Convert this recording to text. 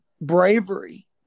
bravery